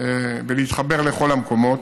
ולהתחבר לכל המקומות.